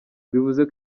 bivuze